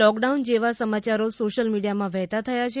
lockdown જેવા સમાચારો social મીડીયામાં વહેતા થયા છે